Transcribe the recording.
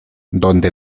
donde